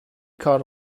کار